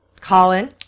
Colin